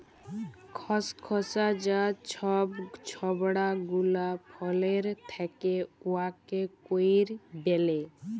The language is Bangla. খসখসা যা ছব ছবড়া গুলা ফলের থ্যাকে উয়াকে কইর ব্যলে